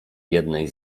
jednej